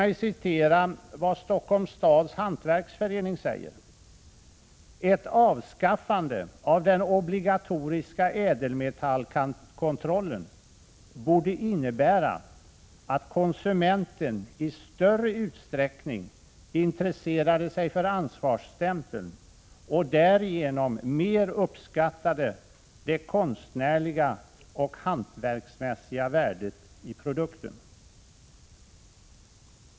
Jag vill återge vad Stockholms stads hantverksförening säger: Ett avskaffande av den obligatoriska ädelmetallkontrollen borde innebära att konsumenten i större utsträckning intresserade sig för ansvarsstämpeln och därigenom mer uppskattade det konstnärliga och hantverksmässiga värdet i produkten.